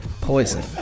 poison